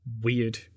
Weird